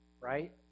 right